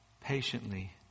Patiently